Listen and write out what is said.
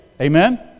Amen